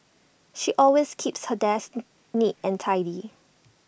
she always keeps her desk neat and tidy